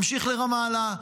ממשיך לרמאללה,